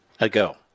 ago